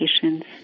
patient's